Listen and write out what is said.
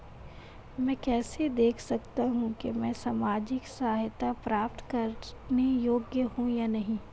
मैं कैसे देख सकता हूं कि मैं सामाजिक सहायता प्राप्त करने योग्य हूं या नहीं?